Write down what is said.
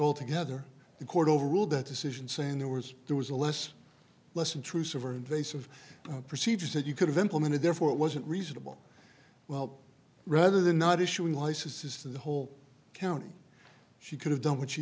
altogether the court overruled that decision saying there was there was a less less intrusive or invasive procedures that you could have implemented therefore it wasn't reasonable well rather than not issuing licenses to the whole county she could have done what she